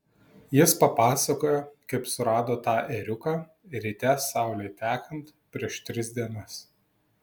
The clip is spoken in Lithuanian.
jis papasakojo kaip surado tą ėriuką ryte saulei tekant prieš tris dienas